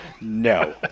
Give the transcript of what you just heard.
No